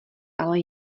ale